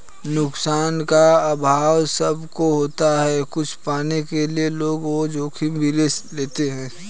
नुकसान का अभाव सब को होता पर कुछ पाने के लिए लोग वो जोखिम भी ले लेते है